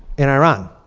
in iran?